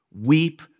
Weep